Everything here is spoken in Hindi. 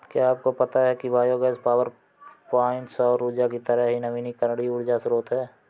क्या आपको पता है कि बायोगैस पावरप्वाइंट सौर ऊर्जा की तरह ही नवीकरणीय ऊर्जा स्रोत है